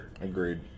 Agreed